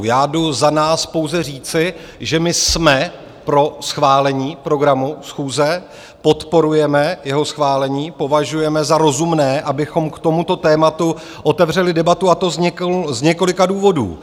Já jdu za nás pouze říci, že my jsme pro schválení programu schůze, podporujeme jeho schválení, považujeme za rozumné, abychom k tomuto tématu otevřeli debatu, a to z několika důvodů.